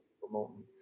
promoting